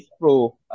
pro